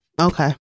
Okay